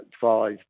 five